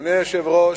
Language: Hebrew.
אדוני היושב-ראש,